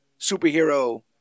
superhero